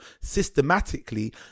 systematically